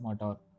motor